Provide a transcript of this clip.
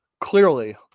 Clearly